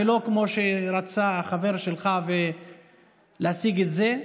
לא כמו שרצה החבר שלך להציג את זה.